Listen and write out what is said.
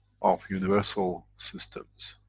of universal systems.